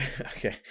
okay